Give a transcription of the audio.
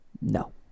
No